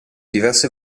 diverse